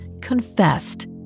confessed